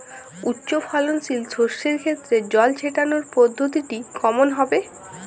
উচ্চফলনশীল শস্যের ক্ষেত্রে জল ছেটানোর পদ্ধতিটি কমন হবে?